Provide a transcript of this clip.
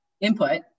input